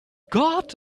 gott